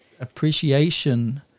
appreciation